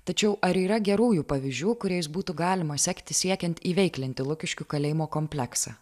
tačiau ar yra gerųjų pavyzdžių kuriais būtų galima sekti siekiant įveiklinti lukiškių kalėjimo kompleksą